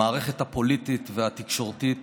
המערכת הפוליטית והתקשורתית